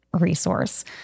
resource